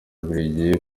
bubiligi